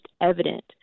evident